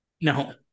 No